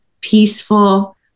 peaceful